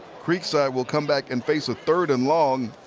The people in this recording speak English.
creekside will come back and face a third and long.